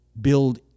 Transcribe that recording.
build